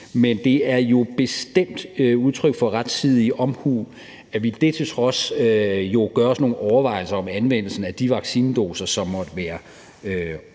men det er bestemt udtryk for rettidig omhu, at vi det til trods gør os nogle overvejelser om anvendelsen af de vaccinedoser, som måtte være